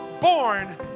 born